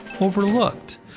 overlooked